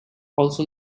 also